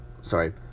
sorry